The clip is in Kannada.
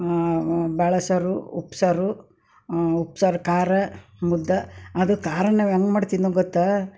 ಬಾಳೆಸಾರು ಉಪ್ಸಾರು ಉಪ್ಸಾರು ಖಾರ ಮುದ್ದೆ ಅದು ಖಾರ ನಾವು ಹೆಂಗೆ ಮಾಡ್ತಿದ್ದೆ ನಾವು ಗೊತ್ತಾ